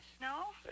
No